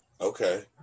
Okay